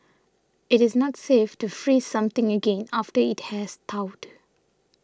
it is not safe to freeze something again after it has thawed